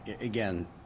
again